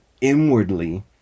inwardly